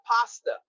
pasta